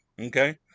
Okay